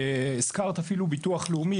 הזכרת אפילו ביטוח לאומי.